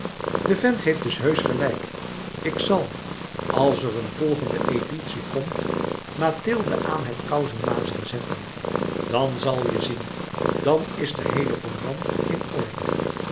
de vent heeft dus heusch gelijk ik zal als er een volgende editie komt mathilde aan het kousen mazen zetten dan zal je zien dan is de heele roman in orde